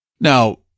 Now